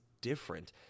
different